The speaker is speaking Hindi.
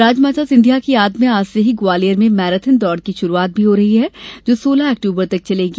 राजमाता सिंधिया की याद में आज से ही ग्वालियर में मैराथन दौड़ की शुरुआत भी हो रही है जो सोलह अक्टूबर चलेगी